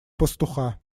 пастуха